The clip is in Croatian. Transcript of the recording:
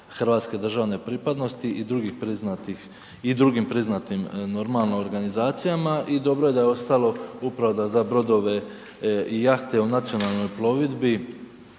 hrvatske državne pripadnosti i drugim priznatim normalno, organizacijama i dobro da je ostalo upravo da za brodove i jahte u nacionalnoj plovidbi